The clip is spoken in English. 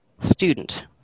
student